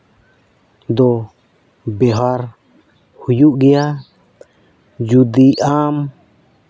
ᱫᱚ ᱵᱤᱣᱦᱟᱨ ᱦᱩᱭᱩᱜ ᱜᱮᱭᱟ ᱡᱩᱫᱤ ᱟᱢ